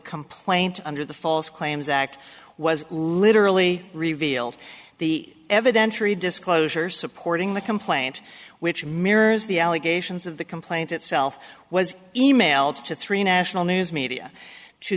complaint under the false claims act was literally revealed the evidentiary disclosure supporting the complaint which mirrors the allegations of the complaint itself was emailed to three national news media to